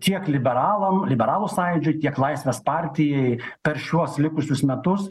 tiek liberalam liberalų sąjūdžiui tiek laisvės partijai per šiuos likusius metus